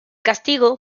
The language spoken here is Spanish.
castigo